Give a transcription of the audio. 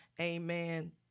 amen